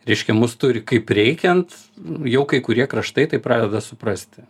reiškia mus turi kaip reikiant jau kai kurie kraštai tai pradeda suprasti